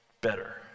better